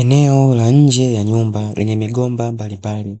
Eneo la nje ya nyumba lenye migomba mbalimbali,